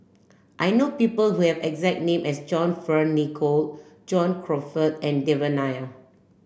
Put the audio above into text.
I know people who have exact name as John Fearn Nicoll John Crawfurd and Devan Nair